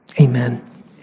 Amen